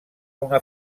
una